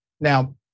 Now